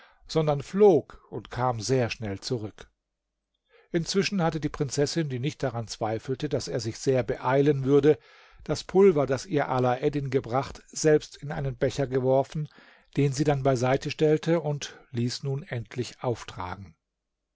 sondern flog und kam sehr schnell zurück inzwischen hatte die prinzessin die nicht daran zweifelte daß er sich sehr beeilen würde das pulver das ihr alaeddin gebracht selbst in einen becher geworfen den sie dann beiseite stellte und ließ nun endlich auftragen